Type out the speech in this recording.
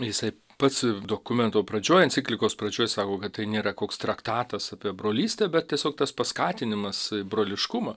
jisai pats dokumento pradžioj enciklikos pradžioj sako kad tai nėra koks traktatas apie brolystę bet tiesiog tas paskatinimas broliškumo